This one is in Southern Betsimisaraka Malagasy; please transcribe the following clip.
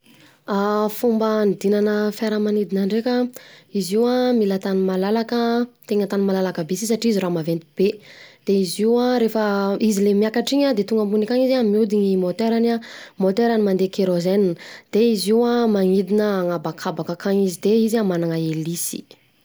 Fomba hanidinana fiaramanidina ndreka an izy io an mila tany malalaka an, tegna tany malalaka be si satria izy raha maventy be, de izy io an rehefa izy le miakatra iny an de tonga ambony akany izy an mihodina môternany an, môterany mandeha kerozena, de izy io an, mihodina an'anabakabaka akany izy de izy io an manana helisy,